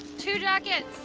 two jackets.